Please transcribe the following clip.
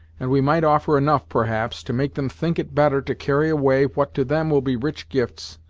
and we might offer enough, perhaps, to make them think it better to carry away what to them will be rich gifts,